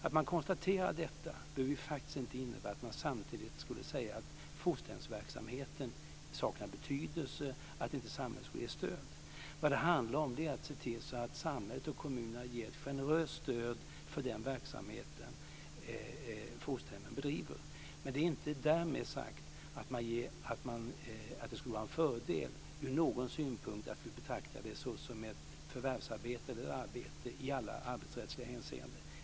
Att man konstaterar detta behöver ju faktiskt inte innebära att man samtidigt skulle säga att fosterhemsverksamheten saknar betydelse eller att inte samhället skulle ge stöd. Vad det handlar om är att se till så att samhället och kommunerna ger ett generöst stöd för den verksamhet som fosterhemmen bedriver. Men det är inte därmed sagt att det skulle vara en fördel ur någon synpunkt att vi betraktar det som ett förvärvsarbete eller arbete i alla arbetsrättsliga hänseenden.